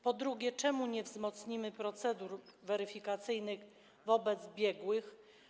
Po drugie, czemu nie wzmocnimy procedur weryfikacyjnych wobec biegłych?